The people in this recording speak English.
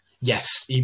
yes